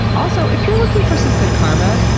also, if you're looking for some good karma,